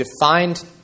defined